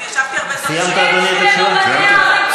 אני ישבתי הרבה זמן בשקט, סיימת, אדוני, את, ?